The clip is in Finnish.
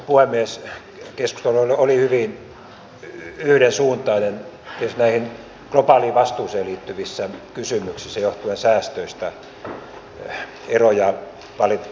tietysti näissä globaaliin vastuuseen liittyvissä kysymyksissä johtuen säästöistä eroja valitettavasti syntyi